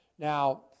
Now